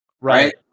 Right